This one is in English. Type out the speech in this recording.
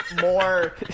more